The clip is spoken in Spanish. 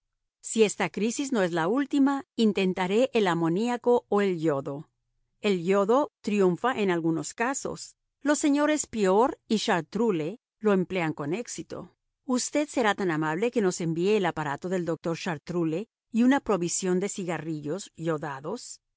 si esta crisis no es la última intentaré el amoníaco o el yodo el yodo triunfa en algunos casos los señores piorry y chartroule lo emplean con éxito usted será tan amable que nos envíe el aparato del doctor chartroule y una provisión de cigarrillos yodados